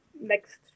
next